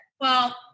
Well-